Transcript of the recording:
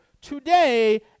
today